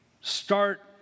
start